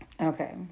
Okay